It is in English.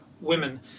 women